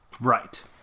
Right